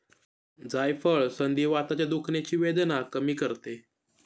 जायफळ संधिवाताच्या दुखण्याची वेदना कमी करते